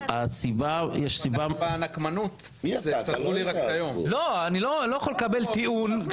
שלישי, אני לא רוצה לקפח.